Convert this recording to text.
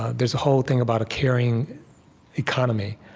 there's a whole thing about a caring economy.